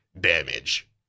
damage